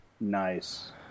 Nice